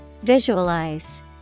Visualize